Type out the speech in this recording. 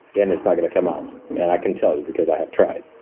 and it's not gonna come out. and i can tell you because i have tried.